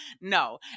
no